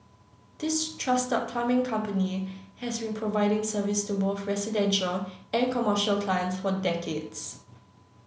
this trusted plumbing company has been providing service to both residential and commercial clients for decades